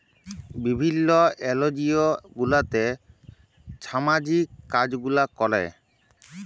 বিভিল্ল্য এলজিও গুলাতে ছামাজিক কাজ গুলা ক্যরে